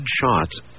shots